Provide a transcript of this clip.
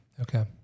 Okay